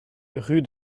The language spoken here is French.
rue